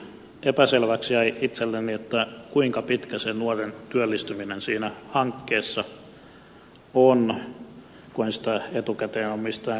epäselväksi jäi itselleni kuinka pitkä se nuoren työllistyminen siinä hankkeessa on kun en sitä etukäteen ole mistään kuullut